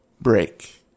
break